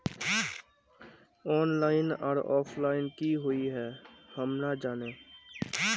Online आर offline की हुई है हम ना जाने?